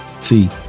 See